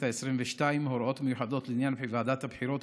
העשרים-ושתיים (הוראות מיוחדות לעניין ועדת הבחירות),